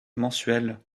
mensuel